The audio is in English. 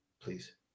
Please